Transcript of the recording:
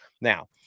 Now